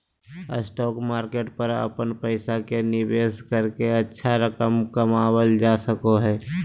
stock market पर अपन पैसा के निवेश करके अच्छा रकम कमावल जा सको हइ